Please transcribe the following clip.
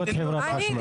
לא את חברת חשמל.